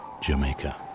Jamaica